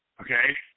okay